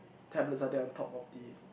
tablets are there on top of the